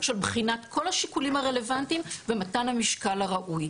של בחינת כל השיקולים הרלוונטיים ומתן המשקל הראוי.